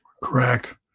correct